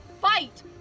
fight